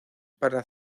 para